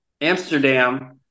Amsterdam